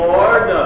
Lord